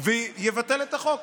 ויבטל את החוק.